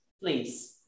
please